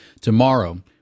Tomorrow